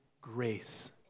grace